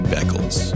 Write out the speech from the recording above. Beckles